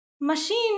machine